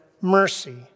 mercy